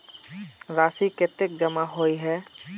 राशि कतेक जमा होय है?